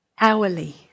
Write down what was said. hourly